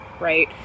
right